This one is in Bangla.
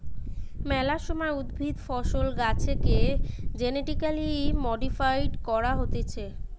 মেলা সময় উদ্ভিদ, ফসল, গাছেকে জেনেটিক্যালি মডিফাইড করা হতিছে